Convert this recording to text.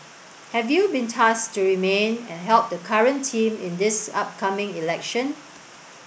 have you been tasked to remain and help the current team in this upcoming election